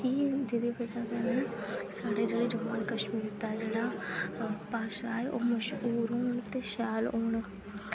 जेह्दी ब'जा कन्नै साढ़े जेह्ड़े जम्मू ऐंड कश्मीर दी जेह्ड़ी भाशा ऐ ओह् मश्हूर होन ते शैल होन